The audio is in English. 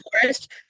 forest